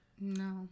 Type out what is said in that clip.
No